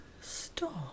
Stop